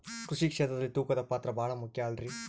ಕೃಷಿ ಕ್ಷೇತ್ರದಲ್ಲಿ ತೂಕದ ಪಾತ್ರ ಬಹಳ ಮುಖ್ಯ ಅಲ್ರಿ?